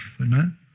amen